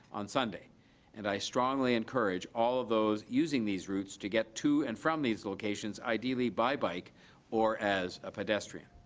on sunday and i strongly encourage all of those using these routes to get to and from these locations ideally by bike or as a pedestrian.